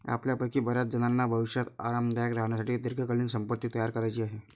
आपल्यापैकी बर्याचजणांना भविष्यात आरामदायक राहण्यासाठी दीर्घकालीन संपत्ती तयार करायची आहे